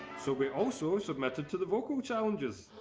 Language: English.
so we also submitted to the vocal challenges.